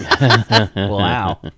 wow